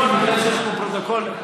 בגלל שיש פה פרוטוקול,